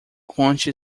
conte